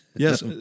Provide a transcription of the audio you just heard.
Yes